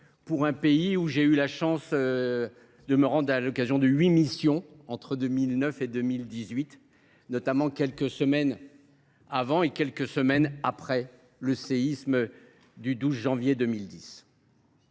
à ce pays, où j’ai eu la chance de me rendre à l’occasion de huit missions entre 2009 et 2018, notamment quelques semaines avant, puis quelques semaines après, le séisme du 12 janvier 2010.